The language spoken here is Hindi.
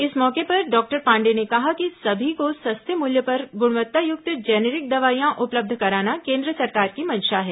इस मौके पर डॉक्टर पांडेय ने कहा कि सभी को सस्ते मूल्य पर गुणवत्तायुक्त जेनेरिक दवाइयां उपलब्ध कराना केन्द्र सरकार की मंशा है